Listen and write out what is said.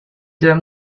them